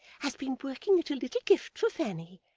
has been working at a little gift for fanny,